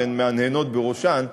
והן מהנהנות בראשן,